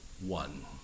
one